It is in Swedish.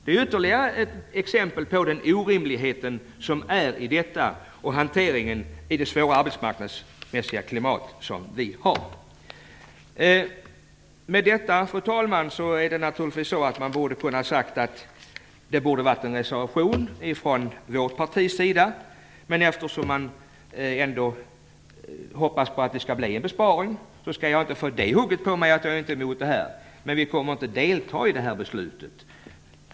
Det är ytterligare ett exempel på orimligheten av denna hantering i det svåra arbetsmarknadsmässiga klimat som vi har. Man kan naturligtvis säga att mitt parti borde ha reserverat sig, men eftersom vi hoppas på att det ändå skall bli en besparing ville jag inte få det hugget på mig att jag är emot det. Men vi kommer inte att delta i beslutet.